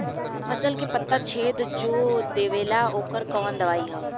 फसल के पत्ता छेद जो देवेला ओकर कवन दवाई ह?